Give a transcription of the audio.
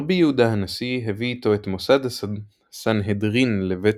רבי יהודה הנשיא הביא איתו את מוסד הסנהדרין לבית